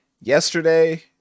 Yesterday